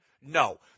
No